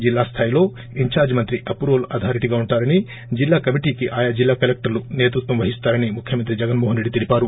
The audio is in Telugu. జిల్లా స్థాయిలో ఇన్దార్టి మంత్రి అప్పూవల్ అథారిటీగా ఉంటారని జిల్లా కమిటీకి ఆయా జిల్లా కలెక్టర్లు సేతృత్వం వహిస్తారని ముఖ్యమంత్రి జగన్మోహన్ రెడ్డి తెలిపారు